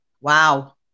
Wow